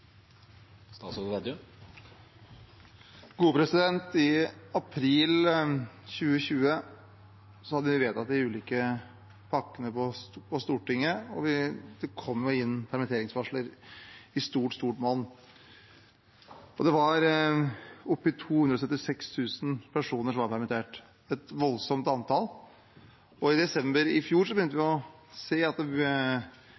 I april 2020 hadde vi vedtatt de ulike pakkene på Stortinget, og det kom inn permitteringsvarsler i stort monn. Det var opp mot 276 000 personer som var permittert – et voldsomt antall. I desember i fjor begynte vi